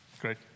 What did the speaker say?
Great